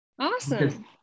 awesome